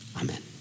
Amen